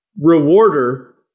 rewarder